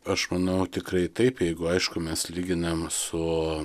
aš manau tikrai taip jeigu aišku mes lyginam su